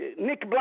Nick